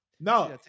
no